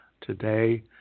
today